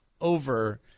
over